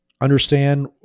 understand